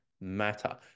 matter